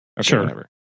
Sure